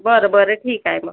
बरं बरं ठीक आहे मग